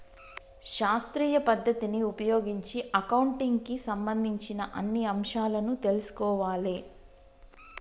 శాస్త్రీయ పద్ధతిని ఉపయోగించి అకౌంటింగ్ కి సంబంధించిన అన్ని అంశాలను తెల్సుకోవాలే